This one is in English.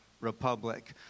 Republic